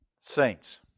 saints